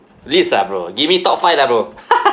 please ah bro give me top five lah bro